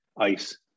ice